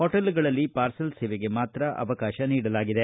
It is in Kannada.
ಹೋಟೆಲ್ಗಳಲ್ಲಿ ಪಾರ್ಸೆಲ್ ಸೇವೆಗೆ ಮಾತ್ರ ಅವಕಾಶ ನೀಡಲಾಗಿದೆ